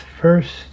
first